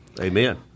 Amen